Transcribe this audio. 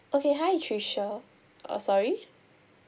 okay hi tricia uh sorry